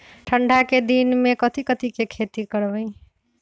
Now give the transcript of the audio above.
ठंडा के दिन में कथी कथी की खेती करवाई?